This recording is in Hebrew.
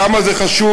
כמה זה חשוב,